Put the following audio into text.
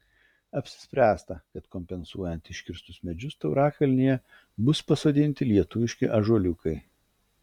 apsispręsta kad kompensuojant iškirstus medžius tauralaukyje bus pasodinti lietuviški ąžuoliukai